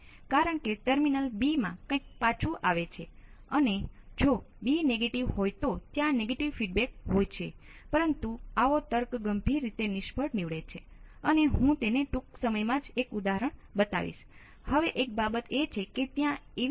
તેથી મારી પાસે પોઝિટિવ માંથી બહાર આવી રહ્યો હોય છે અને પછી I એ Io Iout હોય છે અને I માત્ર Io હોય છે